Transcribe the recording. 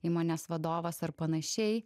įmonės vadovas ar panašiai